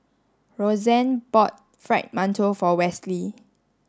Roxann bought Fried Mantou for Westley